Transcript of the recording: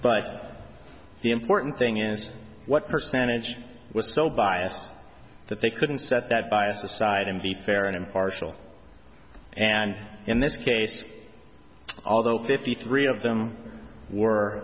but the important thing is what percentage was so biased that they couldn't set that bias aside and be fair and impartial and in this case although fifty three of them were